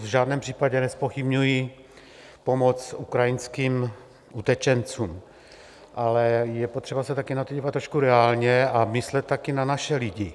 V žádném případě nezpochybňuji pomoc ukrajinským utečencům, ale je potřeba se také na to dívat trošku reálně a myslet také na naše lidi.